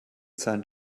seinen